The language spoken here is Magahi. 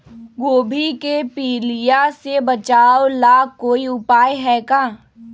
गोभी के पीलिया से बचाव ला कोई उपाय है का?